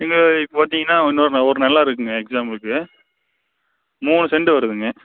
இல்லை இப்போ பார்த்திங்கனா இன்னொரு ஒரு நிலம் இருக்குதுங்க எக்ஸாம்பிளுக்கு மூணு செண்டு வருதுங்க